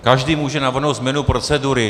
Každý může navrhnout změnu procedury.